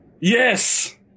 Yes